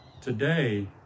today